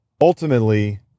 ultimately